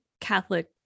Catholic